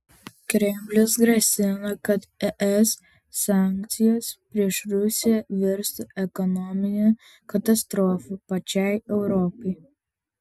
kremlius grasina kad es sankcijos prieš rusiją virstų ekonomine katastrofa pačiai europai